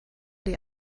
die